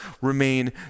remain